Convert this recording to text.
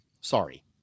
Sorry